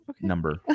number